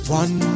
one